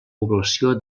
població